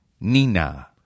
Nina